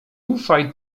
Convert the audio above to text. ufaj